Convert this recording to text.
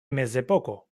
mezepoko